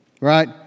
right